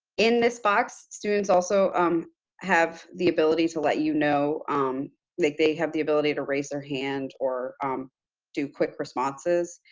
in this box, students also um have the ability to let you know um like they have the ability to raise their hand or do quick responses.